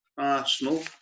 Arsenal